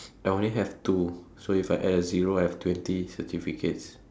I only have two so if I add a zero I have twenty certificates